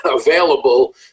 available